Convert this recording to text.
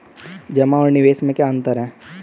जमा और निवेश में क्या अंतर है?